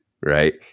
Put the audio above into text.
right